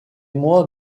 moi